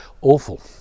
awful